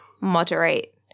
moderate